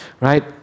right